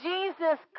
Jesus